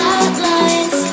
Outlines